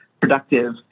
productive